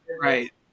right